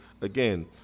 again